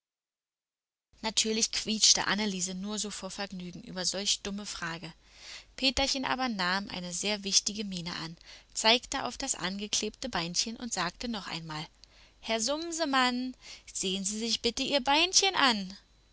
natürlich quietschte anneliese nur so vor vergnügen über solch dumme frage peterchen aber nahm eine sehr wichtige miene an zeigte auf das angeklebte beinchen und sagte noch einmal herr sumsemann sehn sie sich bitte ihr beinchen an